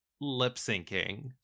lip-syncing